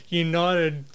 united